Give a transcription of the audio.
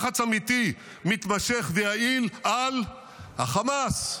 לחץ אמיתי מתמשך ויעיל על החמאס,